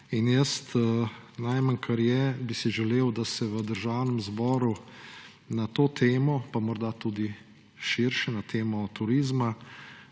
Najmanj, kar je, bi si želel, da se v Državnem zboru na to temo, pa morda tudi širše na temo turizma,